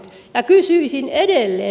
ja kysyisin edelleen